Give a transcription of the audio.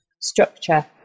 structure